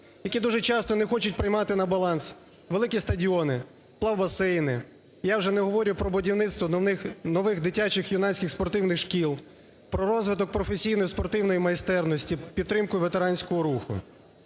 які дуже часто не хочуть приймати на баланс великі стадіони, плавбасейни, я вже не говорю про будівництво нових дитячих, юнацьких спортивних шкіл, про розвиток професійної спортивної майстерності, підтримку ветеранського руху.